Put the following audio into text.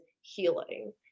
healing